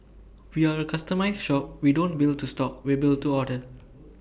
we are A customised shop we don't build to stock we build to order